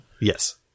Yes